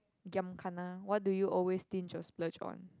giam gana what do you always stinge or splurge on